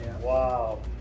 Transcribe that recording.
Wow